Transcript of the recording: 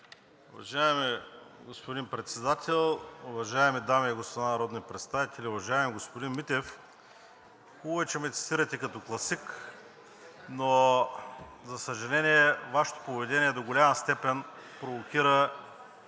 Уважаеми господин Председател, уважаеми дами и господа народни представители! Уважаеми господин Митев, хубаво е, че ме цитирате като класик, но за съжаление, Вашето поведение до голяма степен провокира